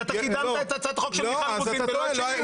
שאתה קידמת את הצעת החוק של מיכל רוזין ולא את שלי.